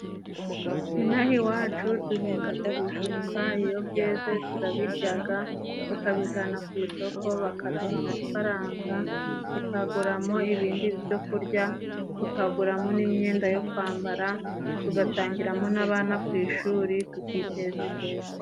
Ino aha iwacu duhingaga ibijumba, iyo byeze turabiryaga tukabijana ku isoko, bakaduha amafaranga tukaguramo ibindi byo kurya, tukaguramo n'imyenda yo kwambara, tugatangiramo n'abana ku ishuri tukiteza imbere.